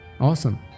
Awesome